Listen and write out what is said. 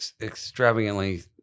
extravagantly